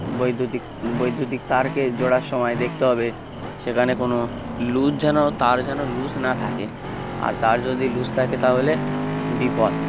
বৈদ্যুতিক বৈদ্যুতিক তারকে জোড়ার সময় দেখতে হবে সেখানে কোনো লুজ যেন তার যেন লুজ না থাকে আর তার যদি লুজ থাকে তাহলে বিপদ